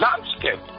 landscape